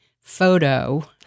photo